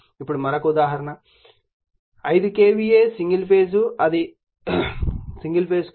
ఇప్పుడు మరొక చిన్న ఉదాహరణ కాబట్టి 5 KVA సింగిల్ ఫేజ్ అది 1∅